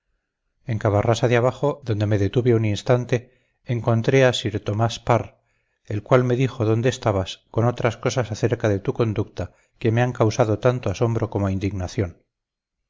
en cavarrasa de abajo donde me detuve un instante encontré a sir tomás parr el cual me dijo dónde estabas con otras cosas acerca de tu conducta que me han causado tanto asombro como indignación